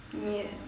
ya